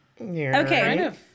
Okay